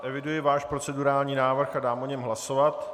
Eviduji váš procedurální návrh a dám o něm hlasovat.